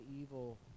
evil